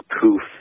poof